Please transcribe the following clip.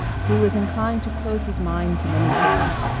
he was inclined to close his mind to many things,